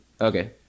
Okay